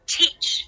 teach